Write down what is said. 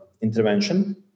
intervention